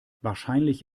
wahrscheinlich